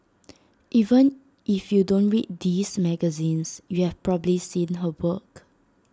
even if you don't read these magazines you've probably seen her work